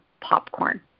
popcorn